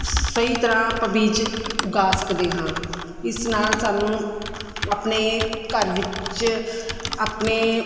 ਸਹੀ ਤਰ੍ਹਾਂ ਆਪਾਂ ਬੀਜ ਉਗਾ ਸਕਦੇ ਹਾਂ ਇਸ ਨਾਲ ਸਾਨੂੰ ਆਪਣੇ ਘਰ ਵਿੱਚ ਆਪਣੇ